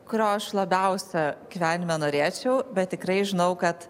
kurio aš labiausia gyvenime norėčiau bet tikrai žinau kad